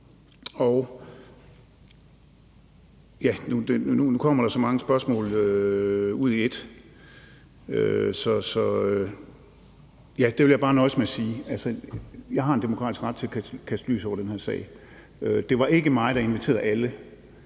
Nu kommer der så mange spørgsmål ud i et, så jeg vil bare nøjes med at sige, at jeg har en demokratisk ret til at kaste lys over den her sag. Det var ikke mig, der inviterede alle